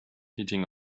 heating